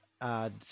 add